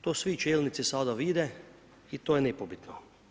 To svi čelnici sada vide i to je nepobitno.